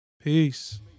Peace